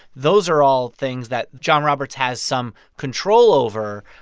those are all things that john roberts has some control over.